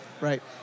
right